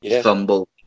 fumble